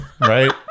right